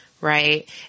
Right